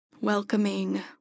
welcoming